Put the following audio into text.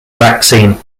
vaccine